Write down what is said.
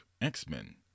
X-Men